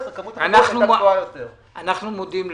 אנחנו מודים לך.